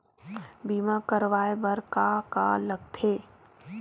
बीमा करवाय बर का का लगथे?